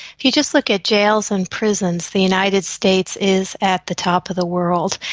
you just look at jails and prisons, the united states is at the top of the world.